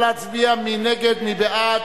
נא להצביע מי נגד, מי בעד.